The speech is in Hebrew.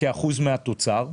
כ-1% מהתוצר.